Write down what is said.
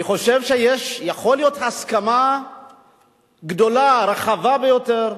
אני חושב שיכולה להיות הסכמה גדולה, רחבה ביותר: